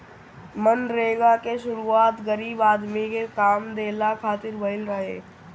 मनरेगा के शुरुआत गरीब आदमी के काम देहला खातिर भइल रहे